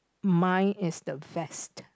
mine is the vest